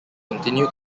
continue